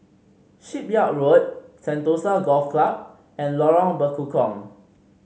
Shipyard Road Sentosa Golf Club and Lorong Bekukong